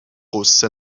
غصه